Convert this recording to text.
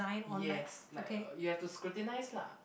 yes like uh you have to scrutinise lah